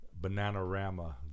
Bananarama